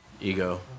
Ego